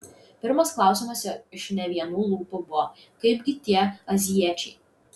pirmas klausimas iš ne vienų lūpų buvo kaipgi tie azijiečiai